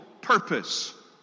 purpose